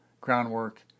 groundwork